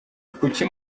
kuki